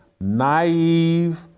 naive